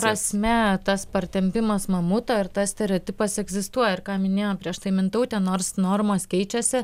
prasme tas partempimas mamuto ir tas stereotipas egzistuoja ir ką minėjo prieš tai mintautė nors normos keičiasi